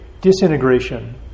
disintegration